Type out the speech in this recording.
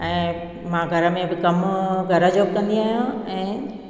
ऐं मां घर में बि कमु घर जो कंदी आहियां ऐं